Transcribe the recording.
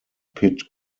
pit